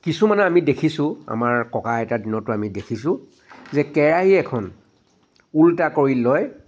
কিছুমান আমি দেখিছোঁ আমাৰ ককা আইতা দিনতো আমি দেখিছোঁ যে কেৰাহি এখন উলোটা কৰি লৈ